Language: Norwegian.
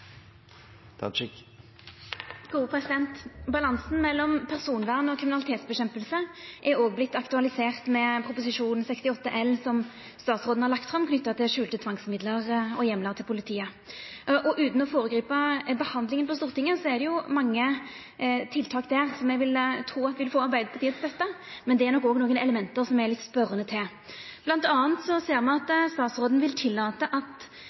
Balansen mellom personvern og kamp mot kriminalitet har òg vorte aktualisert med Prop. 68 L for 2015–2016 som statsråden har lagt fram, knytt til skjulte tvangsmiddel og heimlar til politiet. Utan å føregripa behandlinga på Stortinget er det mange tiltak der som eg vil tru vil få støtte frå Arbeidarpartiet, men det er nok òg nokre element som eg er litt spørjande til. Blant anna ser me at statsråden vil tillata at